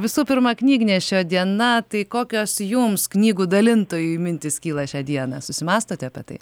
visų pirma knygnešio diena tai kokios jums knygų dalintojui mintys kyla šią dieną susimąstote apie tai